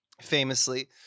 famously-